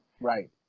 right